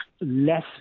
less